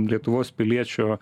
lietuvos piliečio